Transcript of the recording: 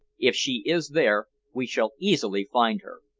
if she is there, we shall easily find her.